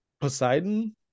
Poseidon